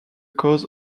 cause